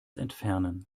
entfernen